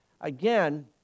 Again